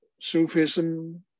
Sufism